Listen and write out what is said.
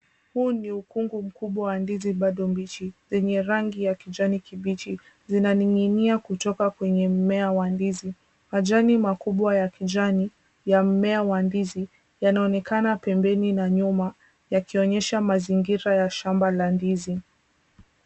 Huu ni ukungu mkubwa wa ndizi bado mbichi, zenye rangi ya kijani kibichi. Zinaning'inia kutoka kwenye mmea wa ndizi. Majani makubwa ya kijani ya mmea wa ndizi, yanaonekana pembeni na nyuma yakionyesha mazingira ya shamba la ndizi.